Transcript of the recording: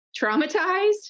traumatized